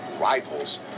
rivals